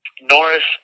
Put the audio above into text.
Norris